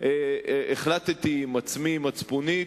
והחלטתי עם עצמי, מצפונית,